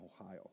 Ohio